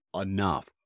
enough